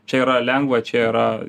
čia yra lengva čia yra